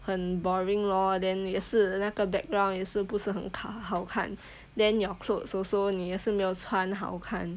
很 boring lor then 也是那个 background 也是不是很好看 then your clothes also 你也是没有穿好看